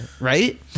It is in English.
right